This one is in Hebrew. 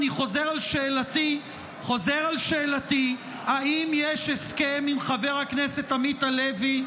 אני חוזר על שאלתי: האם יש הסכם עם חבר הכנסת עמית הלוי,